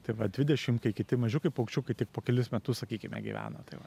tai va dvidešim kai kiti mažiukai paukščiukai tik po kelis metus sakykime gyvena tai va